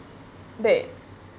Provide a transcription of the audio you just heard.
that